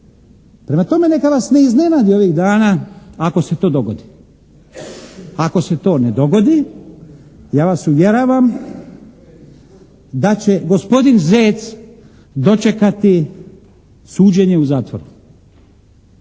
Prema tome neka vas ne iznenadi ovih dana ako se to dogodi. A ako se to ne dogodi ja vas uvjeravam da će gospodin Zec dočekati suđenje u zatvoru.